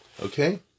Okay